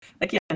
Again